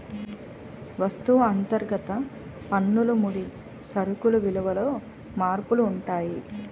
వస్తువు అంతర్గత పన్నులు ముడి సరుకులు విలువలలో మార్పులు ఉంటాయి